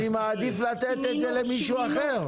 אני מעדיף לתת את זה למישהו אחר.